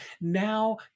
now